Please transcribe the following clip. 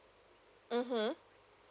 (uh huh)